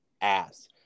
ass